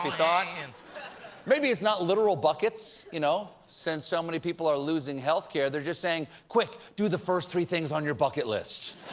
like and maybe it's not literal buckets, you know, since so many people are losing health care, they're just saying, quick, do the first three things on your bucket list.